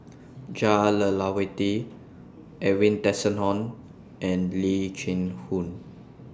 Jah Lelawati Edwin Tessensohn and Lee Chin Koon